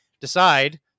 decide